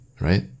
right